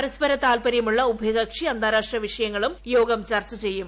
പരസ്പര താൽപര്യമുള്ള ഉഭയകക്ഷി അന്താരാഷ്ട്ര വിഷയങ്ങളും യോഗം ചർച്ച ചെയ്യും